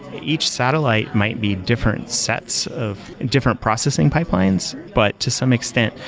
each satellite might be different sets of different processing pipelines. but to some extent,